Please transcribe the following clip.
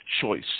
choice